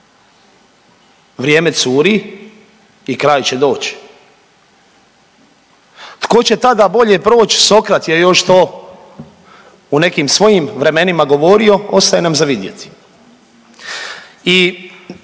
Vrijeme curi i kraj će doći. Tko će tada bolje proći, Sokrat je još to u nekim svojim vremenima govorio ostaje nam za vidjeti.